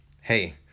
hey